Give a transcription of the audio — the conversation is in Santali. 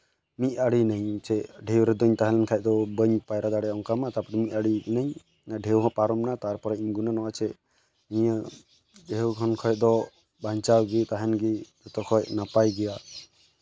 ᱢᱤᱫ ᱟᱲᱮ ᱰᱷᱮᱣ ᱨᱮᱫᱚᱧ ᱛᱟᱦᱮᱱ ᱠᱷᱟᱡ ᱫᱚ ᱵᱟᱹᱧ ᱯᱟᱭᱨᱟ ᱫᱟᱲᱮᱭᱟᱜᱼᱟ ᱚᱱᱠᱟ ᱢᱟ ᱛᱟᱨᱯᱚᱨᱮ ᱢᱤᱫ ᱟᱲᱮ ᱠᱟᱹᱱᱟᱹᱧ ᱰᱷᱮᱣ ᱦᱚᱸ ᱯᱟᱨᱚᱢ ᱮᱱᱟ ᱛᱟᱨᱯᱚᱨᱮ ᱜᱩᱱᱟᱹᱱᱚᱜᱼᱟ ᱪᱮᱫ ᱱᱤᱭᱟᱹ ᱰᱷᱮᱣ ᱠᱷᱚᱱ ᱠᱷᱚᱡ ᱫᱚ ᱵᱟᱧᱪᱟᱣ ᱜᱮ ᱛᱟᱦᱮᱱ ᱜᱮ ᱡᱚᱛᱚ ᱠᱷᱚᱡ ᱱᱟᱯᱟᱭ ᱜᱮᱭᱟ